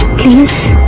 please